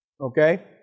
Okay